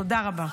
תודה רבה.